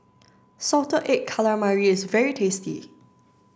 salted egg calamari is very tasty